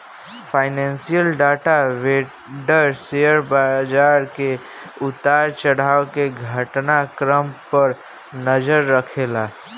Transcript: financial data vendor share बाजार के उतार चढ़ाव के घटना क्रम पर नजर रखेला